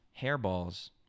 hairballs